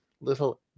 little